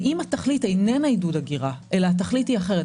אם התכלית איננה עידוד הגירה אלא התכלית היא אחרת,